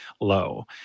low